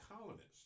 colonists